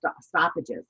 stoppages